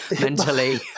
mentally